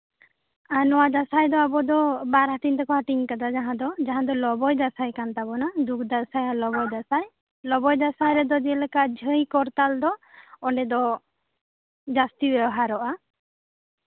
ᱟᱨ ᱱᱚᱣᱟ ᱫᱟᱸᱥᱟᱭ ᱫᱚ ᱵᱟᱨ ᱦᱟᱹᱴᱤᱧ ᱛᱮᱠᱚ ᱦᱟᱹᱴᱤᱧ ᱠᱟᱫᱟ ᱡᱟᱦᱟᱸ ᱫᱚ ᱞᱚᱵᱚᱭ ᱫᱟᱸᱥᱟᱭ ᱠᱟᱱ ᱛᱟᱵᱚᱱᱟ ᱫᱩᱠ ᱫᱟᱸᱥᱟᱭ ᱟᱨ ᱞᱚᱵᱚᱭ ᱫᱟᱸᱥᱟᱭ ᱞᱚᱵᱚᱭ ᱫᱟᱸᱥᱟᱭ ᱨᱮᱫᱚ ᱡᱮᱞᱮᱠᱟ ᱡᱷᱟᱹᱭ ᱠᱚᱨᱛᱟᱞ ᱫᱚ ᱚᱱᱰᱮ ᱫᱚ ᱡᱟᱹᱥᱛᱤ ᱵᱮᱵᱚᱦᱟᱨᱚᱜᱼᱟ